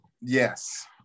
Yes